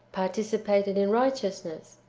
participated in righteousness?